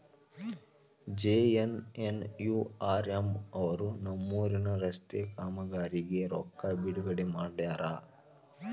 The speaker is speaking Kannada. ಜೆ.ಎನ್.ಎನ್.ಯು.ಆರ್.ಎಂ ಅವರು ನಮ್ಮೂರಿನ ರಸ್ತೆ ಕಾಮಗಾರಿಗೆ ರೊಕ್ಕಾ ಬಿಡುಗಡೆ ಮಾಡ್ಯಾರ